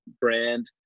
brand